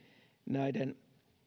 näiden